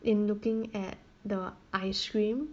in looking at the ice cream